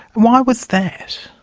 why was that?